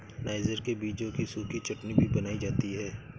niger के बीजों की सूखी चटनी भी बनाई जाती है